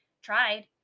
tried